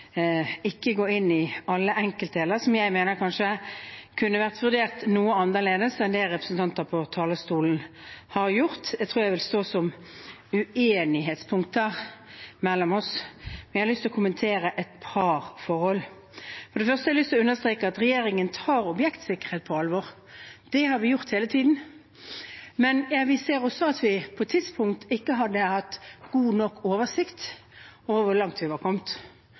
ikke gå inn i alle enkeltdeler som jeg mener kanskje kunne vært vurdert noe annerledes enn det representanter på talerstolen har gjort. Jeg tror jeg vil la det stå som uenighetspunkter mellom oss, men jeg har lyst til å kommentere et par forhold. For det første har jeg lyst til å understreke at regjeringen tar objektsikkerhet på alvor. Det har vi gjort hele tiden. Men vi ser også at vi på et tidspunkt ikke hadde god nok oversikt over hvor langt vi var kommet.